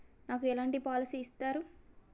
నాకు ఎలాంటి పాలసీ ఇస్తారు?